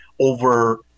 over